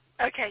Okay